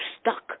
stuck